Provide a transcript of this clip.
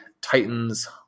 Titans